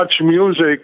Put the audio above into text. music